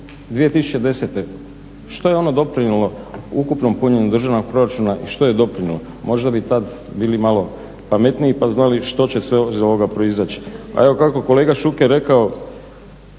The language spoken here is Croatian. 2010., što je ono doprinijelo ukupnom punjenju državnog proračuna, što je doprinijelo? Možda bi tad bili malo pametniji pa znali što će sve iz ovoga proizaći. A evo kako je kolega Šuker rekao